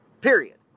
period